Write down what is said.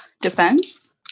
defense